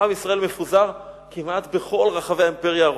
עם ישראל מפוזר כמעט בכל רחבי האימפריה הרומית: